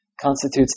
constitutes